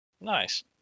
Nice